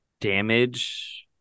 damage